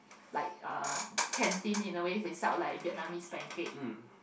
like uh canteen in a way they sell like Vietnamese pancake